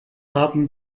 haben